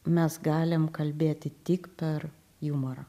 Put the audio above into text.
mes galim kalbėti tik per jumorą